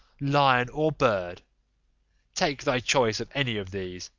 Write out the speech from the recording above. lion, or bird take thy choice of any of these,